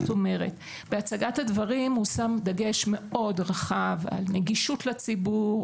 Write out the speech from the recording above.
בהצגת הדברים הושם דגש מאוד רחב על נגישות לציבור,